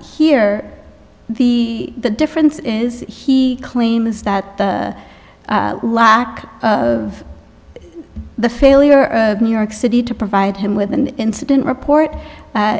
here the the difference is he claims that the lack of the failure of new york city to provide him with an incident report